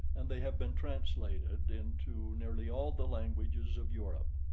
and they have been translated into nearly all the languages of europe.